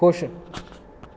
ਖੁਸ਼